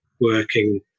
working